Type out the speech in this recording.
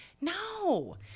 no